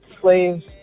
slaves